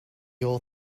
all